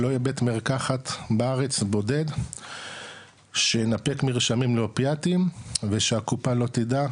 לא יהיה בית מרקחת בארץ בודד שינפק מרשמים לאופיאטים ושהקופה לא תדע,